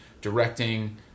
directing